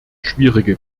schwierige